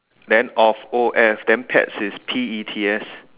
then of of then pets is pets